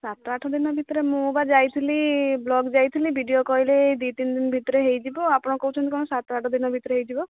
ସାତ ଆଠ ଦିନ ଭିତରେ ମୁଁ ବା ଯାଇଥିଲି ବ୍ଲକ ଯାଇଥିଲି ବି ଡ଼ି ଓ କହିଲେ ଏଇ ଦୁଇ ତିନି ଭିତରେ ହେଇଯିବ ଆପଣ କହୁଛନ୍ତି କ'ଣ ସାତ ଆଠ ଦିନ ଭିତରେ ହେଇଯିବ